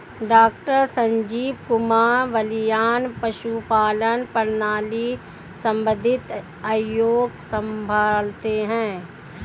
doctor Sanjeev Kumar Balyan पशुपालन प्रणाली संबंधित आयोग संभालते हैं